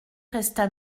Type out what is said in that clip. resta